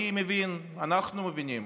אני מבין, אנחנו מבינים,